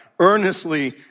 Earnestly